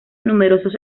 numerosos